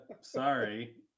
sorry